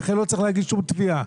הנכה לא צריך להגיש שום תביעה.